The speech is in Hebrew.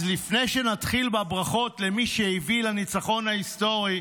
אז לפני שנתחיל בברכות למי שהביא לניצחון ההיסטורי,